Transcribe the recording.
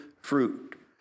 fruit